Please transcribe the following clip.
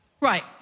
Right